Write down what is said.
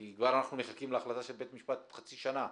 כי כבר אנחנו מחכים להחלטה של בית משפט חצי שנה.